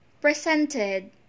Presented